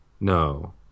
No